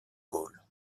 gaulle